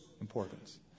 importance